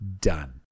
Done